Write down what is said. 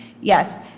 Yes